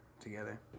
together